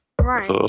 Right